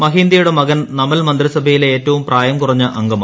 മഹീന്ദയുടെ മകൻ നമൽ മന്ത്രിസഭ യിലെ ഏറ്റവും പ്രായ്യം കുറഞ്ഞ അംഗമായി